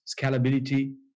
scalability